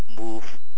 move